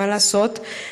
מה לעשות,